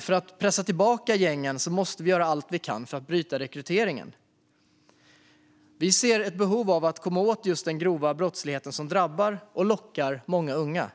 För att pressa tillbaka gängen måste vi dock göra allt vi kan för att bryta rekryteringen. Vi ser ett behov av att komma åt den grova brottslighet som drabbar och lockar många unga.